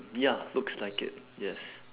ya looks like it yes